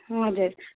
हजुर